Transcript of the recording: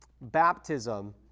baptism